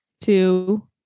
two